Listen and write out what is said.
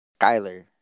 Skyler